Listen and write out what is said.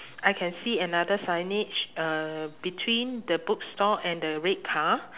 I can see another signage uh between the bookstore and the red car